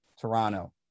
Toronto